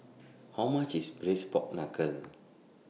How much IS Braised Pork Knuckle